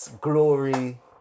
glory